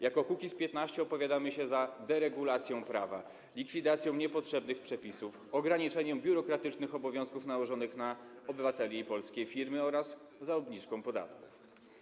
Jako Kukiz’15 opowiadamy się za deregulacją prawa, likwidacją niepotrzebnych przepisów, ograniczeniem biurokratycznych obowiązków nałożonych na obywateli i polskie firmy oraz za obniżką podatków.